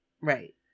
right